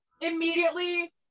Immediately